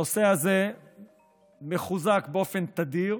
הנושא הזה מוחזק באופן תדיר